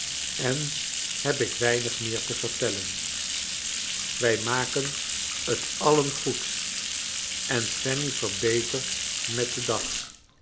en heb ik weinig meer te vertellen wij maken t alien goed en fanny verbetert met den dag